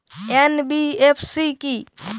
NBFC কী?